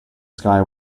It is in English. sky